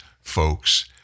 folks